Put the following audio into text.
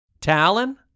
Talon